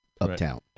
uptown